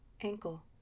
ankle